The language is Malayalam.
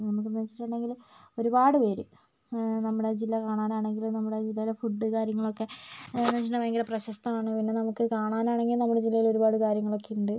നമുക്കെന്ന് വെച്ചിട്ടുണ്ടെങ്കിൽ ഒരുപാട് പേർ നമ്മുടെ ജില്ല കാണാനാണെങ്കിലും നമ്മുടെ ജില്ലയിലെ ഫുഡ് കാര്യങ്ങളൊക്കെ എന്ന് വെച്ചിട്ടുണ്ടെങ്കിൽ ഭയങ്കര പ്രശസ്തമാണ് പിന്നെ നമുക്ക് കാണാനാണെങ്കിൽ നമ്മുടെ ജില്ലയിൽ ഒരുപാട് കാര്യങ്ങളൊക്കെ ഉണ്ട്